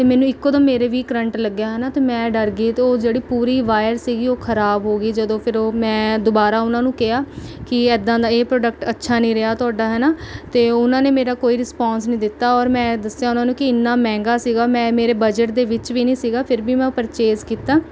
ਅਤੇ ਮੈਨੂੰ ਇੱਕਦਮ ਮੇਰੇ ਵੀ ਕਰੰਟ ਲੱਗਿਆ ਹੈ ਨਾ ਅਤੇ ਮੈਂ ਡਰ ਗਈ ਅਤੇ ਉਹ ਜਿਹੜੀ ਪੂਰੀ ਵਾਇਰ ਸੀਗੀ ਉਹ ਖਰਾਬ ਹੋ ਗਈ ਜਦੋਂ ਫਿਰ ਉਹ ਮੈਂ ਦੁਬਾਰਾ ਉਹਨਾਂ ਨੂੰ ਕਿਹਾ ਕਿ ਇੱਦਾਂ ਦਾ ਇਹ ਪ੍ਰੋਡਕਟ ਅੱਛਾ ਨਹੀਂ ਰਿਹਾ ਤੁਹਾਡਾ ਹੈ ਨਾ ਅਤੇ ਉਹਨਾਂ ਨੇ ਮੇਰਾ ਕੋਈ ਰਿਸਪੋਂਸ ਨਹੀਂ ਦਿੱਤਾ ਔਰ ਮੈਂ ਦੱਸਿਆ ਉਹਨਾਂ ਨੂੰ ਕਿ ਇੰਨਾਂ ਮਹਿੰਗਾ ਸੀਗਾ ਮੈਂ ਮੇਰੇ ਬਜਟ ਦੇ ਵਿੱਚ ਵੀ ਨਹੀਂ ਸੀਗਾ ਫਿਰ ਵੀ ਮੈਂ ਉਹ ਪਰਚੇਜ਼ ਕੀਤਾ